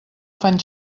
fan